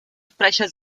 sprecher